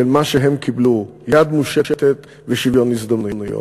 מה שהם קיבלו: יד מושטת ושוויון הזדמנויות.